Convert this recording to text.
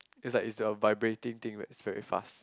it's like is a vibrating thing right it's very fast